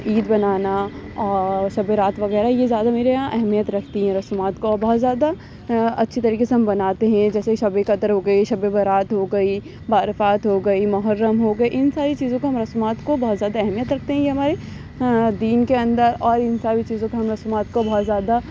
عید منانا اور شبِ رات وغیرہ یہ زیادہ میرے یہاں اہمیت رکھتی ہیں رسومات کو اور بہت زیادہ اچھی طریقے سے ہم بناتے ہیں جیسے شبِ قدر ہو گئی شبِ برات ہو گئی بارہ وفات ہو گئی محرم ہو گئی اِن ساری چیزوں کو ہم رسومات کو بہت زیادہ اہمیت رکھتے ہیں یہ ہمارے دین کے اندر اور اِن ساری چیزوں کو ہم رسومات کو بہت زیادہ